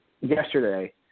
yesterday